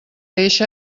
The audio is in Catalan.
eixe